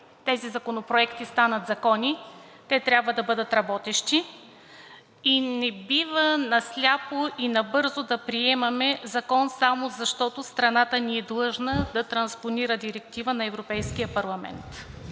тези законопроекти станат закони, те трябва да бъдат работещи. Не бива на сляпо и набързо да приемаме Закон само защото страната ни е длъжна да транспонира Директива на Европейския парламент.